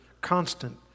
constant